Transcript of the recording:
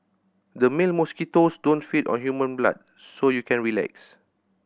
the male mosquitoes don't feed on human blood so you can relax